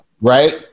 right